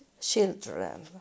children